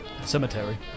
cemetery